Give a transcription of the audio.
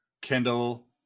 Kendall